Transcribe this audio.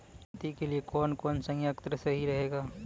खेती के लिए कौन कौन संयंत्र सही रहेगा?